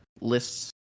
lists